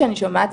שאני שומעת,